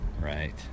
Right